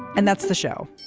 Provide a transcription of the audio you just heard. and that's the show.